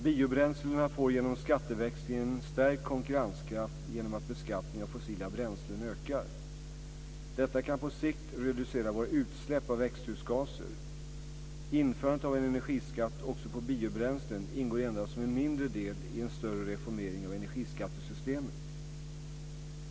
Biobränslena får genom skatteväxlingen en stärkt konkurrenskraft genom att beskattningen av fossila bränslen ökar. Detta kan på sikt reducera våra utsläpp av växthusgaser. Införandet av en energiskatt också på biobränslen ingår endast som en mindre del i en större reformering av energiskattesystemet.